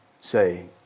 say